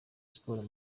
sports